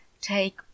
take